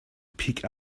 pick